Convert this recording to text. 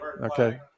Okay